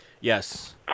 Yes